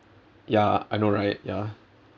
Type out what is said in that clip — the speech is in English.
ya I know right ya